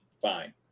Fine